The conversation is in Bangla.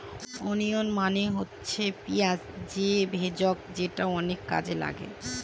ওনিয়ন মানে হচ্ছে পেঁয়াজ যে ভেষজ যেটা অনেক কাজে লাগে